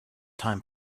time